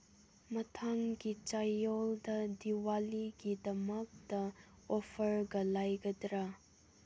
ꯃꯊꯪꯒꯤ ꯆꯌꯣꯜꯗ ꯗꯤꯋꯥꯂꯤꯒꯤꯗꯃꯛꯇ ꯑꯣꯐꯔꯒ ꯂꯩꯒꯗ꯭ꯔꯥ